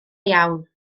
iawn